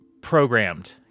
programmed